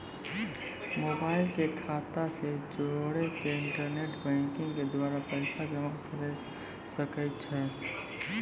Mobile के खाता से जोड़ी के इंटरनेट बैंकिंग के द्वारा पैसा जमा करे सकय छियै?